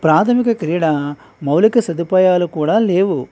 ప్రాథమిక క్రీడా మౌలిక సదుపాయాలు కూడా లేవు